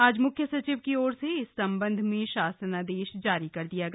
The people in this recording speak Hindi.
आज म्ख्य सचिव की ओर से इस संबंध में शासनादेश जारी कर दिया गया